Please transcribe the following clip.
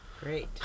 Great